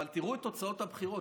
אבל תראו את תוצאות הבחירות.